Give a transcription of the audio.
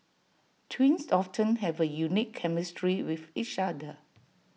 twins often have A unique chemistry with each other